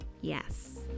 Yes